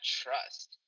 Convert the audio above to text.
trust